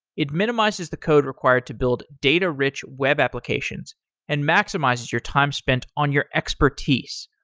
it minimizes the code required to build data-rich web applications and maximizes your time spent on your expertise.